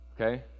Okay